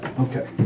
Okay